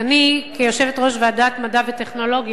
אני, כיושבת-ראש ועדת מדע וטכנולוגיה,